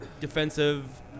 defensive